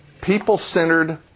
people-centered